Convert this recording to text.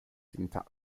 intact